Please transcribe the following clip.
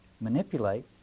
manipulate